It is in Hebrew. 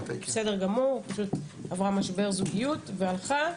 היא בסדר גמור היא פשוט עברה משבר זוגיות והלכה.